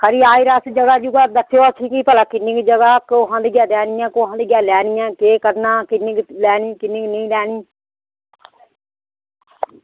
आं आयो भी जगह बी दस्सेओ किन्नी क जगह सौ कुसै लैनी ऐ ते सौ कुसै देनी ऐ ते केह् करना किन्नी क लैनी किन्नी क देनी